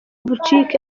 vujicic